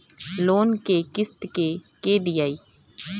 Loan क किस्त के के दियाई?